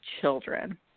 children